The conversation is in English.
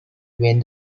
when